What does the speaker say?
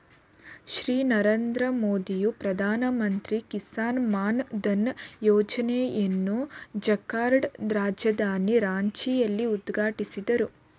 ಶ್ರೀ ನರೇಂದ್ರ ಮೋದಿಯು ಪ್ರಧಾನಮಂತ್ರಿ ಕಿಸಾನ್ ಮಾನ್ ಧನ್ ಯೋಜನೆಯನ್ನು ಜಾರ್ಖಂಡ್ ರಾಜಧಾನಿ ರಾಂಚಿಯಲ್ಲಿ ಉದ್ಘಾಟಿಸಿದರು